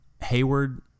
Hayward